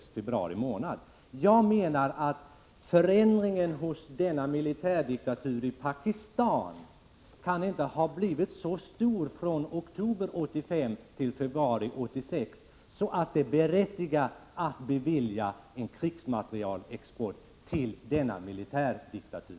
Jag menar att det inte kan ha skett en så stor förändring hos militärdiktaturen i Pakistan från oktober 1985 till februari 1986 att den skulle berättiga beviljande av krigsmaterielexport till denna militärdiktatur.